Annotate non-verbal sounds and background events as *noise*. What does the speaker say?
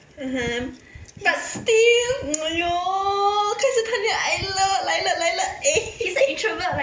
mmhmm but still !aiyo! 开始谈恋爱了来了来了 eh *laughs*